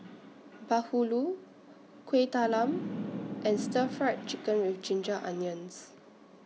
Bahulu Kuih Talam and Stir Fried Chicken with Ginger Onions